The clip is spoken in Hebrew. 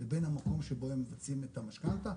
לבין המקום שבו הם מבצעים את המשכנתא,